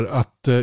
att